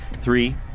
three